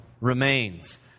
remains